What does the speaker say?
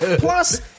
Plus